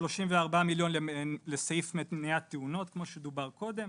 כ-34 מיליון לסעיף מניעת תאונות כמו שדובר קודם,